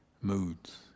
moods